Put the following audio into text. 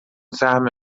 سهم